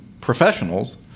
professionals